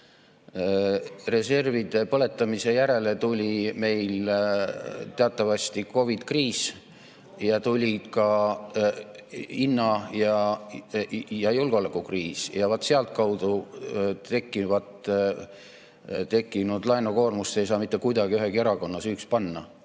Reservide põletamise järel tuli meil teatavasti COVID-i kriis ja tulid ka hinna- ja julgeolekukriis ja seetõttu tekkinud laenukoormust ei saa mitte kuidagi ühegi erakonna süüks panna.